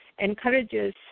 Encourages